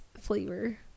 flavor